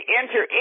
enter